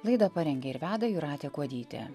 laidą parengė ir veda jūratė kuodytė